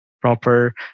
proper